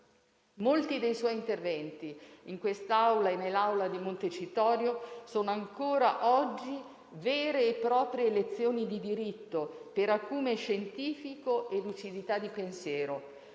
Molti dei suoi interventi in quest'Aula e in quella di Montecitorio sono ancora oggi vere e proprie lezioni di diritto, per acume scientifico e lucidità di pensiero.